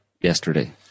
yesterday